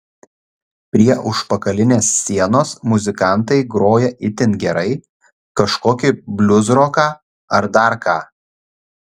prie užpakalinės sienos muzikantai groja itin gerai kažkokį bliuzroką ar dar ką